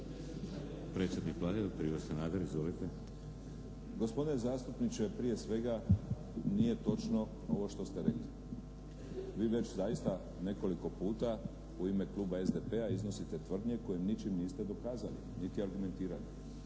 Sanader, izvolite. **Sanader, Ivo (HDZ)** Gospodine zastupniče, prije svega nije točno ovo što ste rekli. Vi već zaista nekoliko puta u ime Kluba SDP-a iznosite tvrdnje koje ničim niste dokazali niti argumentirali.